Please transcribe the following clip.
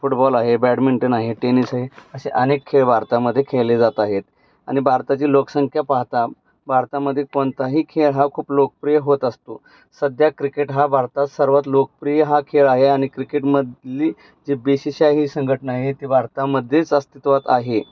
football आहे badminton आहे tennis आहे अशे अनेक खेळ भारतामदे खेळले जात आहेत आणि भारताची लोकसंख्या पाहता भारतामध्ये कोणताही खेळ हा खूप लोकप्रिय होत असतो सध्या क्रिकेट हा भारतात सर्वात लोकप्रिय हा खेळ आहे आणि क्रिकेटमधली जी बेशिशाही संघटना आहे ती भारतामध्येच अस्तित्वात आहे